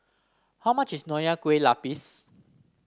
how much is Nonya Kueh Lapis